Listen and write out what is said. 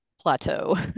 plateau